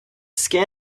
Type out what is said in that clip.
skin